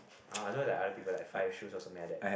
ah I don't like other people like five shoes or something like that